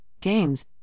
games